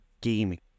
gaming